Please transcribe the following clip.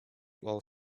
while